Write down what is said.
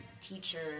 teacher